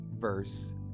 verse